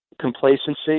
complacency